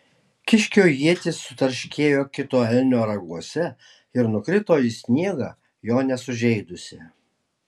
kiškio ietis sutarškėjo kito elnio raguose ir nukrito į sniegą jo nesužeidusi